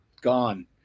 gone